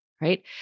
right